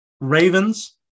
Ravens